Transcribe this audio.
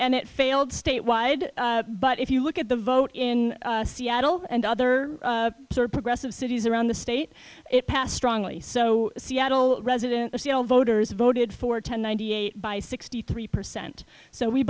and it failed state wide but if you look at the vote in seattle and other progressive cities around the state it passed strongly so seattle resident voters voted for ten ninety eight by sixty three percent so we